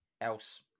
Else